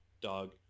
dog